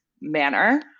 manner